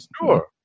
sure